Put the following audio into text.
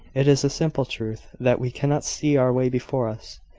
it is a simple truth, that we cannot see our way before us.